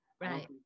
right